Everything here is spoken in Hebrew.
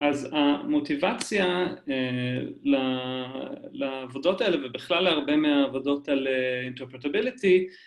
‫אז המוטיבציה לעבודות האלה, ‫ובכלל להרבה מהעבודות על אינטרפרטיבליטי,